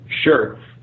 sure